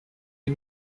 des